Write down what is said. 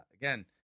Again